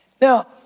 Now